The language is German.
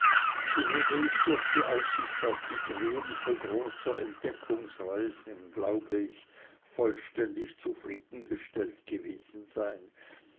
so würde ich durch die aussicht auf die triumphe großer entdeckungsreisen glaube ich vollständig zufriedengestellt gewesen sein